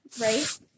right